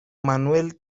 manuel